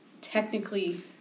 technically